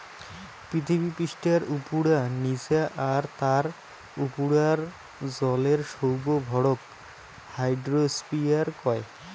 পিথীবি পিষ্ঠার উপুরা, নিচা আর তার উপুরার জলের সৌগ ভরক হাইড্রোস্ফিয়ার কয়